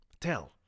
Tell